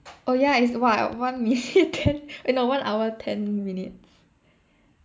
oh ya it's what one minute ten eh no one hour ten minutes